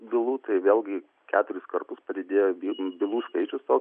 bylų tai vėlgi keturis kartus padidėjo by bylų skaičius toks